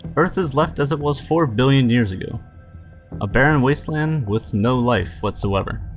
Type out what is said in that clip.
earth is left as it was four billion years ago a barren wasteland with no life whatsoever.